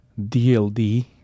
DLD